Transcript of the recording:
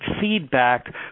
feedback